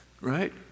right